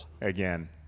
again